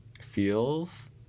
feels